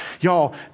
Y'all